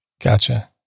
Gotcha